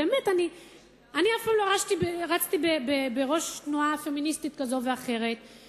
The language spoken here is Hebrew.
אני אף פעם לא רצתי בראש תנועה פמיניסטית כזאת או אחרת,